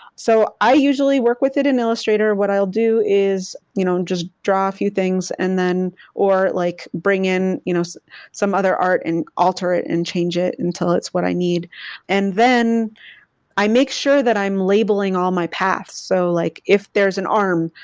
so i usually work with it in illustrator. what i'll do is you know just draw a few things and then or like bring in you know so some other art and alter it and change it until it's what i need and then i make sure that i am labelling all of my paths. so like if there is an arm,